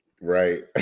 Right